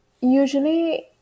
usually